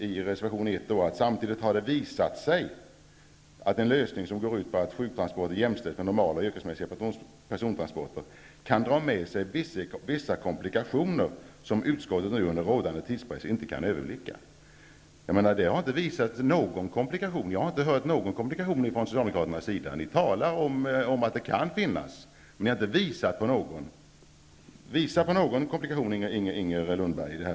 I reservation 1 står det: ''Samtidigt har det visat sig att en lösning som går ut på att sjuktransporter jämställs med normala yrkesmässiga persontransporter kan dra med sig andra komplikationer som utskottet nu under rådande tidspress inte kan överblicka.'' Jag har inte hört socialdemokraterna påvisa någon komplikation. Ni talar om att det kan uppstå komplikationer, men ni har inte visat på någon. Visa mig på någon komplikation i det här avseendet, Inger Lundberg!